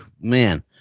man